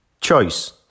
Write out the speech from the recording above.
Choice